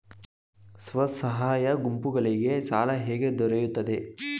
ಸ್ವಸಹಾಯ ಗುಂಪುಗಳಿಗೆ ಸಾಲ ಹೇಗೆ ದೊರೆಯುತ್ತದೆ?